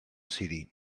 ciri